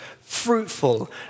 fruitful